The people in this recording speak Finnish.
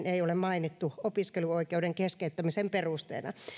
ei ole mainittu opiskeluoikeuden keskeyttämisen perusteena